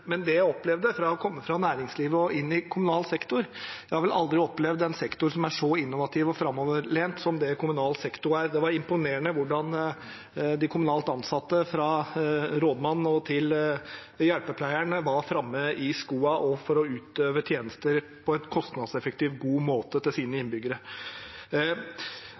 fra næringslivet og inn i kommunal sektor, en sektor som er så innovativ og framoverlent som det kommunal sektor er. Det var imponerende å se hvordan de kommunalt ansatte fra rådmannen og til hjelpepleieren var framme i skoa for å utøve tjenester på en kostnadseffektiv god måte til